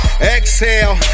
exhale